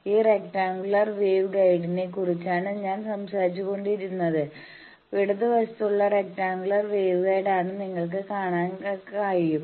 ഈ rectangular wave ഗൈഡ്നെ കുറിച്ചാണ് ഞാൻ സംസാരിച്ച്കൊണ്ടിരുന്നത് ഇടതുവശത്തുള്ളത് റെക്റ്റാങ്കുലർ വേവ് ഗൈഡ് ആണെന്ന് നിങ്ങൾക്ക് കാണാൻ കഴിയും